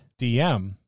DM